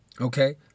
Okay